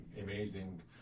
amazing